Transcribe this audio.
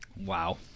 Wow